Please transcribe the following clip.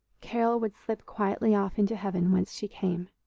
carol would slip quietly off into heaven, whence she came.